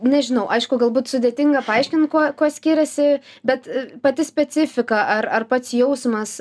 nežinau aišku galbūt sudėtinga paaiškint kuo kuo skiriasi bet pati specifika ar ar pats jausmas